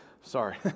sorry